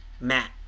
Matt